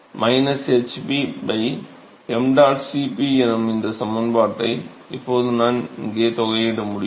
h P ṁ Cp எனும் இந்த சமன்பாட்டை இப்போது நான் இங்கே தொகையிட முடியும்